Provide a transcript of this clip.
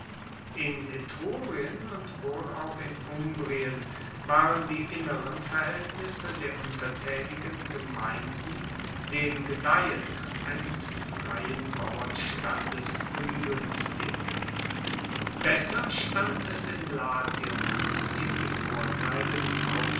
in etrurien und wohl auch in umbrien waren die inneren verhaeltnisse der untertaenigen gemeinden dem gedeihen eines freien bauernstandes unguenstig besser stand es in latium dem die vorteile des